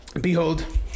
Behold